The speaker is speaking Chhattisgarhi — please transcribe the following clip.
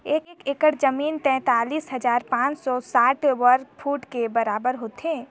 एक एकड़ जमीन तैंतालीस हजार पांच सौ साठ वर्ग फुट के बराबर होथे